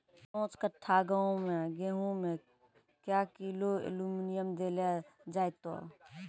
पाँच कट्ठा गांव मे गेहूँ मे क्या किलो एल्मुनियम देले जाय तो?